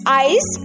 eyes